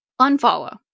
unfollow